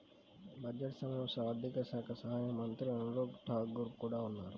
budget సమావేశాల్లో ఆర్థిక శాఖ సహాయక మంత్రి అనురాగ్ ఠాకూర్ కూడా ఉన్నారు